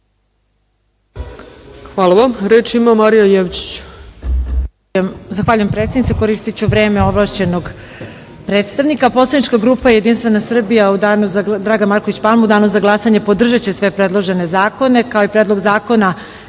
Hvala puno. Reč ima Marija Jevđić.